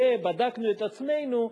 ובדקנו את עצמנו,